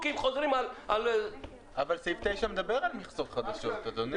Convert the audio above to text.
אבל סעיף 9 מדבר על מכסות חדשות, אדוני.